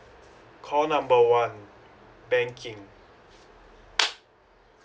call number one banking